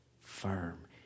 firm